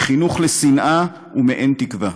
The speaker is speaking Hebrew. מחינוך לשנאה ומאין תקווה.